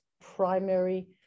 primary